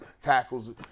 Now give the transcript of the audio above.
tackles